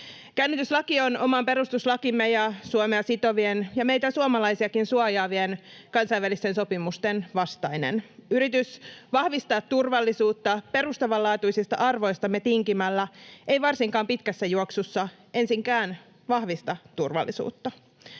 Käännytyslaki on oman perustuslakimme ja Suomea sitovien ja meitä suomalaisiakin suojaavien kansainvälisten sopimusten vastainen. Yritys vahvistaa turvallisuutta perustavanlaatuisista arvoistamme tinkimällä ei varsinkaan pitkässä juoksussa ensinkään vahvista turvallisuutta.